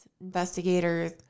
investigators